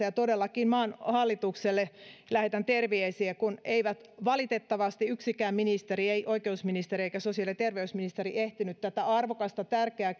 ja todellakin maan hallitukselle lähetän terveisiä kun valitettavasti ei yksikään ministeri ei oikeusministeri eikä sosiaali ja terveysministeri ehtinyt tätä arvokasta tärkeää